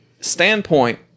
standpoint